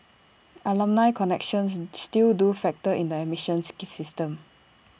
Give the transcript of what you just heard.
alumni connections still do factor in the admission system